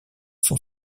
sont